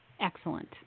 excellent